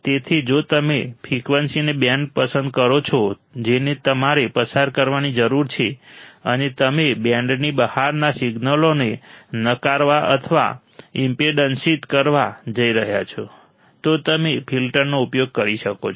તેથી જો તમે ફ્રિકવન્સીનો બેન્ડ પસંદ કરો છો જેને તમારે પસાર કરવાની જરૂર છે અને તમે બેન્ડની બહારના સિગ્નલોને નકારવા અથવા ઈમ્પેડન્સિત કરવા જઈ રહ્યા છો તો તમે ફિલ્ટર્સનો ઉપયોગ કરી શકો છો